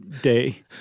day